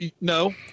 no